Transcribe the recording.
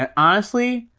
honestly,